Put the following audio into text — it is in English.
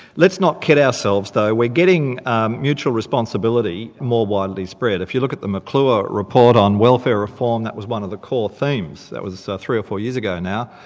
let's not kid ourselves though, we're getting mutual responsibility more widely spread. if you look at the mcclure report on welfare reform, that was one of the core themes, that was so three or four years ago now.